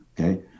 okay